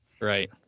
Right